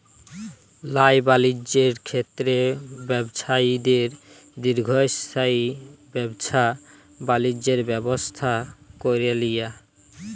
ল্যায় বালিজ্যের ক্ষেত্রে ব্যবছায়ীদের দীর্ঘস্থায়ী ব্যাবছা বালিজ্যের ব্যবস্থা ক্যরে লিয়া